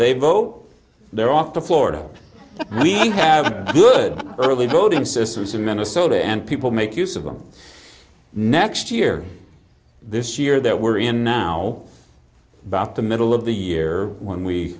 they vote they're off to florida we have a good early voting systems in minnesota and people make use of them next year this year that we're in now about the middle of the year when we